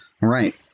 Right